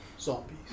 Zombies